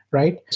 right?